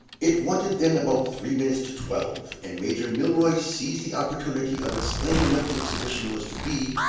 it wanted then about three minutes to twelve and major milroy seized the opportunity of explaining what the exhibition was to be,